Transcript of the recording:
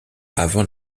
avant